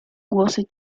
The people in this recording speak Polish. głosy